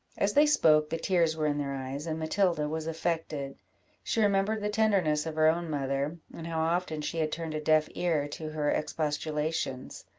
as they spoke, the tears were in their eyes, and matilda was affected she remembered the tenderness of her own mother, and how often she had turned a deaf ear to her expostulations.